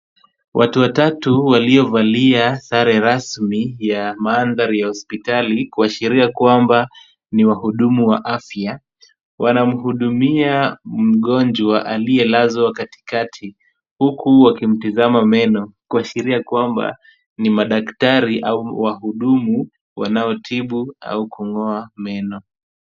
Watu watatu waliovalia sare rasmi ya maandhari ya hospitali kuashiria kwamba ni wahudumu wa afya, wanamhudumia mgonjwa aliyelazwa katikati huku wakimtazama meno, kuashiria kwamba ni madaktari au wahudumu wanaotibu au kung'oa meno.